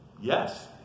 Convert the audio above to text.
yes